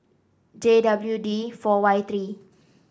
J W D four Y three